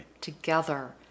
together